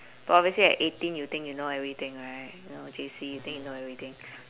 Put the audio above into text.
but obviously at eighteen you think you know everything right you know J_C you think you know everything